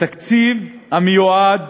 התקציב המיועד